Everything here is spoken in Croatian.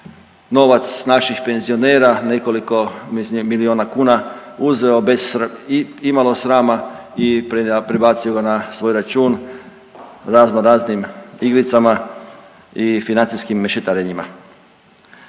novac naših penzionera, nekoliko milijuna kuna uzeo bez imalo srama i prebacio ga na svoj račun, raznoraznim igricama i financijskim mešetarenjima.